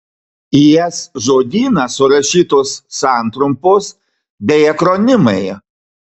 į s žodyną surašytos santrumpos bei akronimai